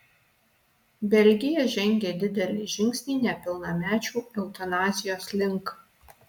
belgija žengė didelį žingsnį nepilnamečių eutanazijos link